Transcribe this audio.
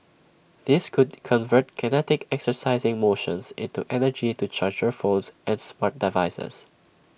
these could convert kinetic exercising motions into energy to charge your phones and smart devices